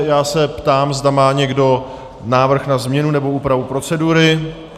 Ptám se, zda má někdo návrh na změnu nebo úpravu procedury.